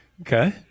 Okay